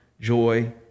joy